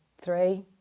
three